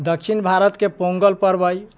दक्षिण भारतके पोंगल पर्ब अछि